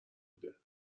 بوده